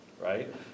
right